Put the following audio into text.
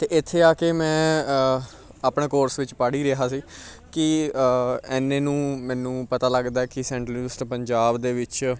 ਅਤੇ ਇੱਥੇ ਆ ਕੇ ਮੈਂ ਆਪਣੇ ਕੋਰਸ ਵਿੱਚ ਪੜ੍ਹ ਹੀ ਰਿਹਾ ਸੀ ਕਿ ਇੰਨੇ ਨੂੰ ਮੈਨੂੰ ਪਤਾ ਲੱਗਦਾ ਕਿ ਸੈਂਟਰਲ ਯੂਨੀਵਰਸਿਟੀ ਪੰਜਾਬ ਦੇ ਵਿੱਚ